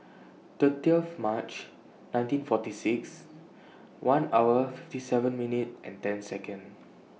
thirtieth March nineteen forty six one hour fifty seven minute and ten Second